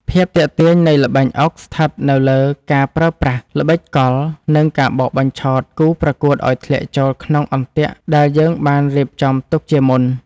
ភាពទាក់ទាញនៃល្បែងអុកស្ថិតនៅលើការប្រើប្រាស់ល្បិចកលនិងការបោកបញ្ឆោតគូប្រកួតឱ្យធ្លាក់ចូលក្នុងអន្ទាក់ដែលយើងបានរៀបចំទុកជាមុន។